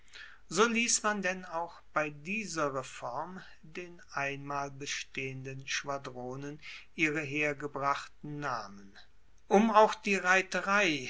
so liess man denn auch bei dieser reform den einmal bestehenden schwadronen ihre hergebrachten namen um auch die reiterei